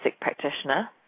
practitioner